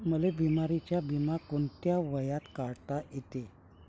मले बिमारीचा बिमा कोंत्या वयात काढता येते?